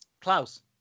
Klaus